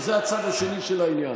וזה הצד השני של העניין.